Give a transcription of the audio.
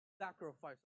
sacrifice